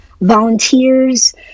volunteers